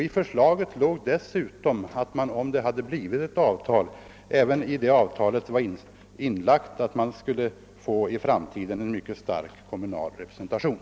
I förslaget ingick att ett eventuellt avtal skulle innefatta även en mycket stark framtida kommunal representation.